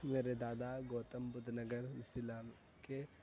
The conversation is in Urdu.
میرے دادا گوتم بدھ نگر ضلع کے